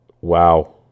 Wow